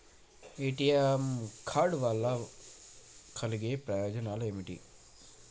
ATM card వల్ల కలిగే ప్రయోజనాలు ఏమిటి?